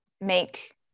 make